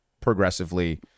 progressively